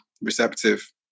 receptive